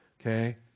Okay